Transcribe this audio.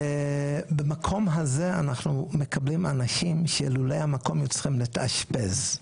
ובמקום הזה אנחנו מקבלים אנשים שלולא המקום הם היו צריכים להתאשפז,